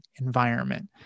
environment